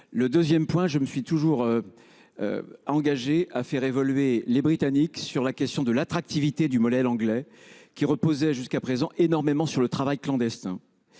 En deuxième lieu, je me suis toujours engagé à faire évoluer les Britanniques sur la question de l’attractivité du modèle anglais, qui reposait jusqu’à présent grandement sur le travail clandestin.